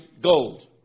gold